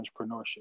entrepreneurship